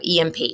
EMP